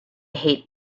hate